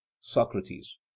Socrates